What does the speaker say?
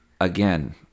Again